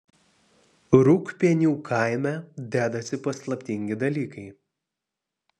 rūgpienių kaime dedasi paslaptingi dalykai